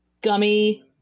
gummy